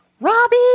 Robbie